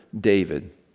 David